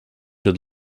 had